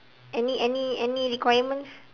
any any any requirements